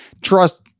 trust